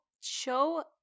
show